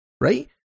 right